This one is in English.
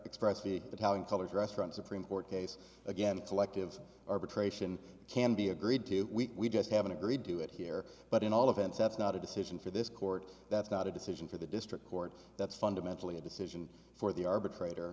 express the talon colors restaurant supreme court case again collective arbitration can be agreed to we just haven't agreed to it here but in all of fence that's not a decision for this court that's not a decision for the district court that's fundamentally a decision for the arbitrator